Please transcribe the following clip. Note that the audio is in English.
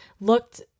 looked